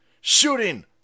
shooting